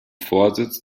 vorsitz